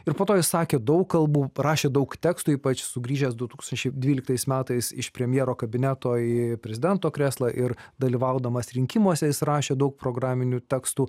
ir po to jis sakė daug kalbų parašė daug tekstų ypač sugrįžęs du tūkstančiai dvyliktais metais iš premjero kabineto į prezidento krėslą ir dalyvaudamas rinkimuose jis rašė daug programinių tekstų